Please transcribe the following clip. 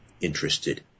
interested